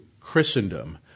Christendom